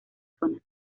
zona